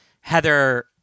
heather